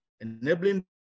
enabling